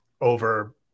over